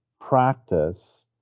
practice